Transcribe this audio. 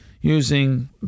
using